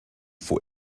for